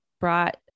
brought